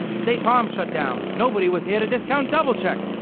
state farm shut down. nobody was here to discount double check.